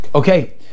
Okay